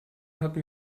hatten